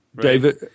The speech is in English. David